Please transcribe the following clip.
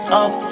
up